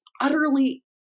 utterly